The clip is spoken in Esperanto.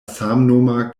samnoma